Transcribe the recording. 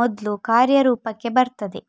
ಮೊದ್ಲು ಕಾರ್ಯರೂಪಕ್ಕೆ ಬರ್ತದೆ